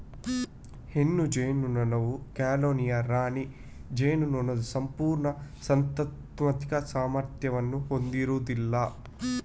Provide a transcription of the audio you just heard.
ಹೆಣ್ಣು ಜೇನುನೊಣವು ಕಾಲೋನಿಯ ರಾಣಿ ಜೇನುನೊಣದ ಸಂಪೂರ್ಣ ಸಂತಾನೋತ್ಪತ್ತಿ ಸಾಮರ್ಥ್ಯವನ್ನು ಹೊಂದಿರುವುದಿಲ್ಲ